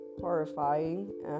horrifying